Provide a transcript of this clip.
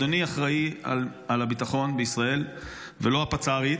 אדוני אחראי לביטחון בישראל ולא הפצ"רית,